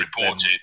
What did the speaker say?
reported